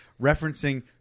referencing